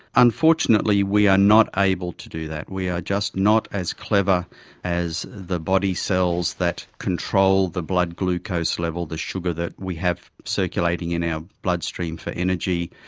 unfortunately we are not able to do that, we are just not as clever as the body cells that control the blood glucose level, the sugar that we have circulating in our bloodstream for energy,